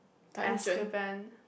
Azkaban